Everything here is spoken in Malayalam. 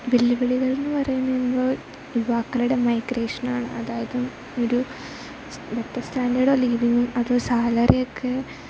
വെല്ലുവിളികളെന്ന് പറയുമ്പോൾ യുവാക്കളുടെ മൈഗ്രേഷനാണ് അതായത് ഒരു ബെറ്റർ സ്റ്റാൻഡേർഡ് ഓഫ് ലീവിങ് അതോ സാലറിയൊക്കെ